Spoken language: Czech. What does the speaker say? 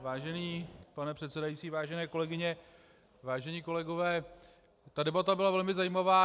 Vážený pane předsedající, vážené kolegyně, vážení kolegové, debata byla velmi zajímavá.